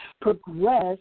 progress